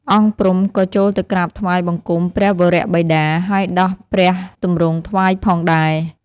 អង្គព្រំ ក៏ចូលទៅក្រាបថ្វាយបង្គំព្រះវរបិតា ហើយដោះព្រះទម្រង់ថ្វាយផងដែរ។